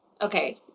okay